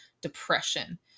depression